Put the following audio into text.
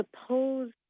suppose